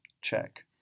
Check